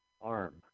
arm